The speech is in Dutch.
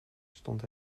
stond